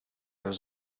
was